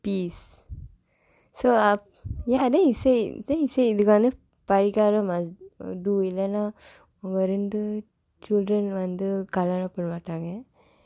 peace so ஆப்:ap then he say then he said இதுக்கு வந்து பரிகாரம்:ithukku vandthu parikaaram must do it இல்லனா ஓ ரெண்டு:illanaa oo rendu children கல்யாணம் பன்னமாட்டாங்க:kalyaanam pannamaatdaangka